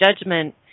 judgment